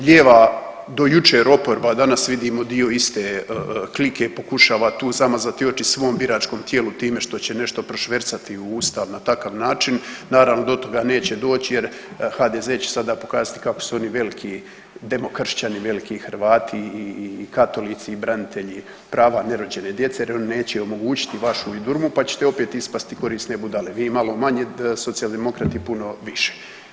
Lijeva do jučer oporba, a danas vidimo dio iste klike pokušava tu zamazati oči svom biračkom tijelu time što će nešto prošvercati u ustav na takav način, naravno do toga neće doći jer HDZ će sada pokazati kako su oni veliki demokršćani, veliki Hrvati i katolici i branitelji prava nerođene djece jer oni neće omogućiti vašu idurmu, pa ćete opet ispasti korisne budale, vi malo manje, Socijaldemokrati puno više.